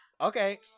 Okay